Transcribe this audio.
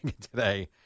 today